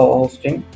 hosting